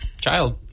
child